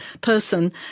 person